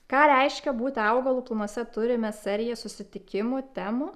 ką reiškia būti augalo planuose turime seriją susitikimų temų